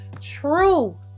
true